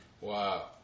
wow